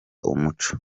umuco